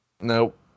Nope